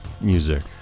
music